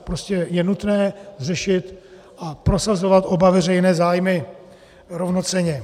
Prostě je nutné řešit a prosazovat oba veřejné zájmy rovnocenně.